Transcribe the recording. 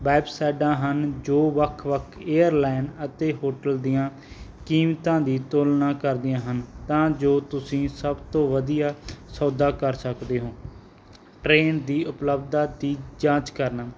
ਵੈਬਸਾਈਟਾਂ ਹਨ ਜੋ ਵੱਖ ਵੱਖ ਏਅਰਲਾਈਨ ਅਤੇ ਹੋਟਲ ਦੀਆਂ ਕੀਮਤਾਂ ਦੀ ਤੁਲਨਾ ਕਰਦੀਆਂ ਹਨ ਤਾਂ ਜੋ ਤੁਸੀਂ ਸਭ ਤੋਂ ਵਧੀਆ ਸੌਦਾ ਕਰ ਸਕਦੇ ਹੋ ਟ੍ਰੇਨ ਦੀ ਉਪਲਬਧਤਾ ਦੀ ਜਾਂਚ ਕਰਨਾ